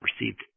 received